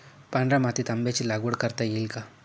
पांढऱ्या मातीत आंब्याची लागवड करता येईल का?